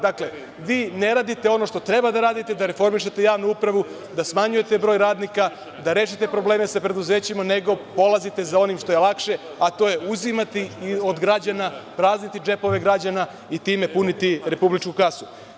Dakle, vi ne radite ono što treba da radite da reformišete javnu upravu, da smanjujete broj radnika, da rešite probleme sa preduzećima, nego polazite za onim što je lakše, a to je uzimati od građana, prazniti džepove građana i time puniti republičku kasu.